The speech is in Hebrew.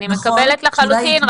אני מקבלת לחלוטין,